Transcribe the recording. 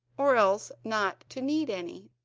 or else not to need any.